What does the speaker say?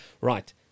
Right